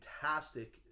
fantastic